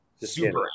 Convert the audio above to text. super